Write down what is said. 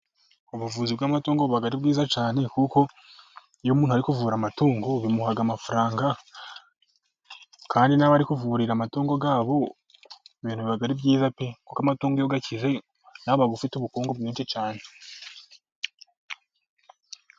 Ubuvuzi bw'amatungo buba ari bwiza cyane, kuko iyo umuganga ari kuvura amatungo bimuha amafaranga, kandi n'abo ari kuvurira amatungo yabo biba ari byiza pe, kuko amatungo iyo akize uba ufite ubukungu bwinshi cyane.